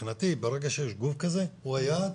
מבחינתי ברגע שיש גוף כזה, הוא היעד.